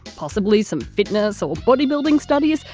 possibly some fitness or bodybuilding studies,